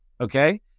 Okay